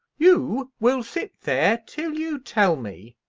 you will sit there till you tell me,